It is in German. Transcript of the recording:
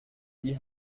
die